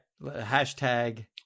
hashtag